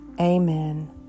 Amen